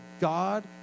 God